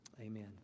Amen